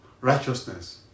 righteousness